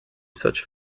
such